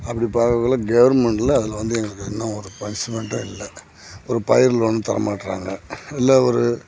அப்படி பார்க்கக்குள்ள கவுர்மெண்டுல அதில் வந்து எங்களுக்கு இன்னும் ஒரு பனிஷ்மெண்ட்டும் இல்லை ஒரு பயிர் லோன் தர மாட்டுறாங்க இல்லை ஒரு